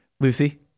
Lucy